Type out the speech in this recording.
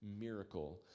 miracle